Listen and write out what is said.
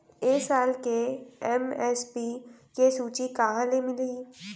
ए साल के एम.एस.पी के सूची कहाँ ले मिलही?